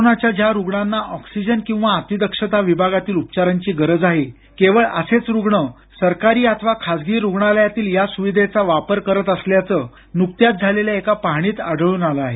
कोरोनाच्या ज्या रुग्णांना ऑक्सिजन किंवा अतिदक्षता विभागातील उपचारांची गरज आहे केवळ असेच रुग्ण सरकारी अथवा खासगी रुग्णालयातील या स्विधेचा वापर करत असल्याचं नुकत्याच झालेल्या एका पाहणीत आढळून आलं आहे